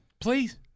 Please